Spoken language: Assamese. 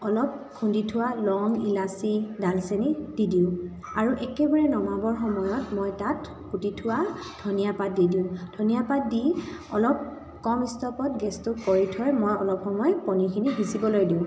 অলপ খুন্দি থোৱা লং ইলাচি ডালচেনি দি দিওঁ আৰু একেবাৰে নমাবৰ সময়ত মই তাত কুটি থোৱা ধনিয়াপাত দি দিওঁ ধনিয়াপাত দি অলপ কম ষ্টভত গেছটো কৰি থৈ মই অলপ সময় পনিৰখিনি সিজিবলৈ দিওঁ